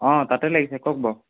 অঁ তাতে লাগিছে কওক বাৰু